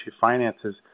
finances